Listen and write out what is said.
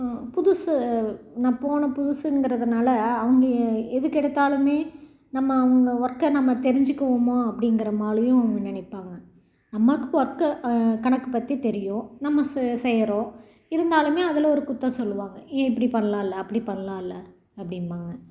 புதுசு நான் போன புதுசுங்கிறதுனாலே அவங்க எதுக்கு எடுத்தாலும் நம்ம அவங்க ஒர்க்கை நம்ம தெரிஞ்சுக்குவோமோ அப்படிங்குற மாதிரியும் அவங்க நினைப்பாங்க நம்மளுக்கு ஒர்க்கு கணக்கு பற்றி தெரியும் நம்ம செ செய்கிறோம் இருந்தாலும் அதில் ஒரு குற்றம் சொல்லுவாங்க ஏன் இப்படி பண்ணலால்ல அப்படி பண்ணலால்ல அப்படிம்பாங்க